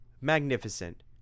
Magnificent